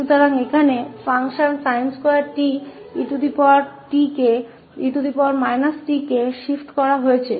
तो यहाँ फलन sin2 के साथ eat बैठा है